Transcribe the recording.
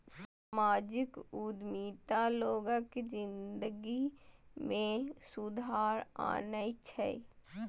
सामाजिक उद्यमिता लोगक जिनगी मे सुधार आनै छै